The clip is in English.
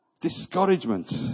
Discouragement